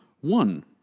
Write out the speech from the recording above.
One